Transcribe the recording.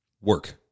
work